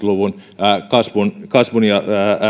luvun kasvun ja